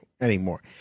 anymore